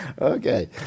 Okay